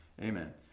Amen